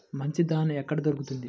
మంచి దాణా ఎక్కడ దొరుకుతుంది?